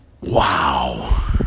wow